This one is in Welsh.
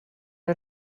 nhw